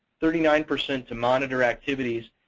thirty nine percent to monitor activities.